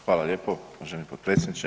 Hvala lijepo uvaženi potpredsjedniče.